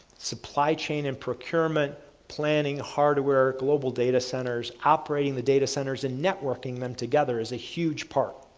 supply chain and procurement planning, hardware, global data centers, operating the data centers and networking them together is a huge part.